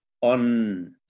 on